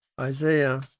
Isaiah